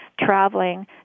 traveling